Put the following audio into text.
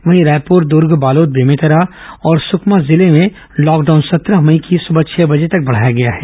वहीं रायपुर दर्ग बालोद बेमेतरा और सुकमा जिले में लॉकडाउन सत्रह मई की सबह छह बजे तक बढ़ाया गया है